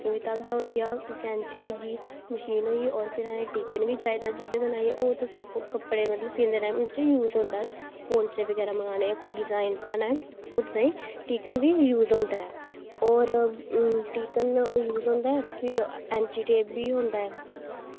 सूई धागा होई गेआ कैंची होई होर असें भी टीकन बी चाहिदा जेह्दे कन्नै ओह् ते कपड़े मतलब सीनै ताईं यूज़ होंदा पौंचे बगैरा लाने कोई डिजाईन पाने ओह्दे ताईं टीकन बी यूज़ होंदा होर टीकन होई जंदा फिर ऐंची टेप बी होंदा ऐ